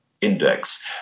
index